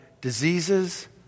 diseases